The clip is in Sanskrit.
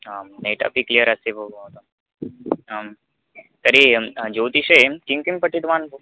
आं नेट् अपि क्लियरस्ति भो भवताम् आं तर्हि ज्योतिषे किं किं पठितवान् भो